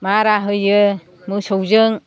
मारा होयो मोसौजों